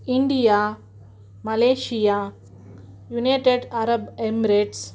India Malaysia United Arab Emirates